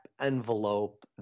envelope